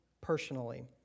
personally